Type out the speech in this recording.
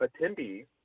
Attendees